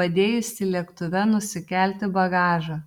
padėjusį lėktuve nusikelti bagažą